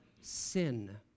sin